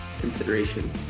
consideration